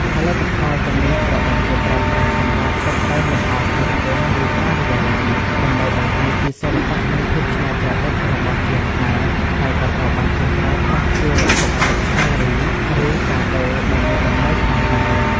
ផលិតផលទាំងនេះត្រូវបានគេប្រើប្រាស់សម្រាប់តុបតែងលម្អក្នុងផ្ទះ ឬការិយាល័យ ដើម្បីបង្ហាញពីសិល្បៈនិងភាពច្នៃប្រឌិតរបស់ជាងខ្មែរ ហើយក៏ត្រូវបានគេប្រើប្រាស់ជាវត្ថុអនុស្សាវរីយ៍ ឬកាដូដ៏មានតម្លៃផងដែរ។